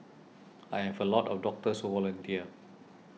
I have a lot of doctors who volunteer